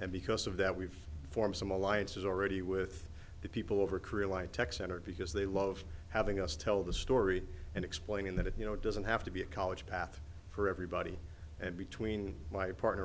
and because of that we've formed some alliances already with the people over korea like tech center because they love having us tell the story and explain that if you know it doesn't have to be a college path for everybody and between my partner